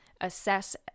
assess